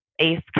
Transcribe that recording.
ace